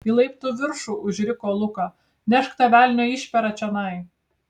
į laiptų viršų užriko luka nešk tą velnio išperą čionai